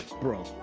bro